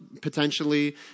potentially